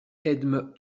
edme